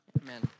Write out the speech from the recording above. Amen